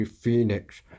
phoenix